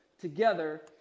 together